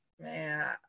Man